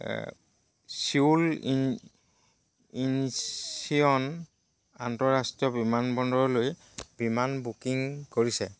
Seoul ইন Incheon আন্তঃৰাষ্ট্ৰীয় বিমানবন্দৰলৈ বিমান বুকিং কৰিছে